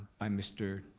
by mr.